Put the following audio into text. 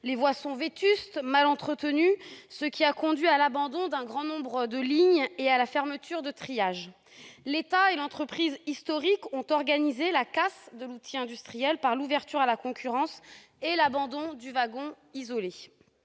Les voies sont vétustes et mal entretenues, ce qui a conduit à l'abandon d'un grand nombre de lignes et à la fermeture de triages. L'État et l'entreprise historique ont organisé la casse de l'outil industriel par l'ouverture à la concurrence et l'abandon du wagon isolé.